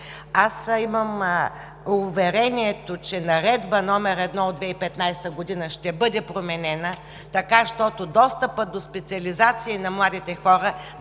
Аз имам уверението, че Наредба № 1 от 2015 г. ще бъде променена така, щото достъпът до специализации на младите хора